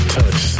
touch